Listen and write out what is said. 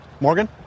Morgan